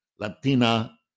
Latina